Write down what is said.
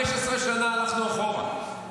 15 שנה הלכנו אחורה.